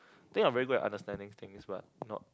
I think I'm very good at understanding things but not